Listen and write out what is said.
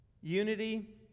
Unity